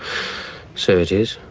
so it is.